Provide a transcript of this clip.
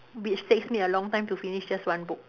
which takes me a long time to finish just one book